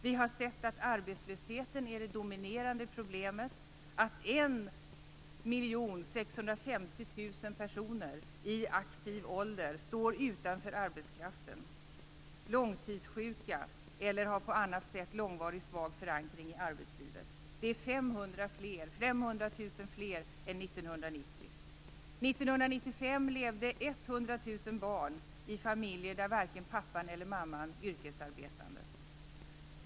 Vi har sett att arbetslösheten är det dominerande problemet, att 1 650 000 personer i aktiv ålder står utanför arbetskraften, är långtidssjuka eller har på annat sätt långvarig svag förankring i arbetslivet. Det är 500 000 fler än år 1990. År 1995 levde 100 000 barn i familjer där varken pappan eller mamman yrkesarbetade.